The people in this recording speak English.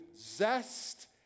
zest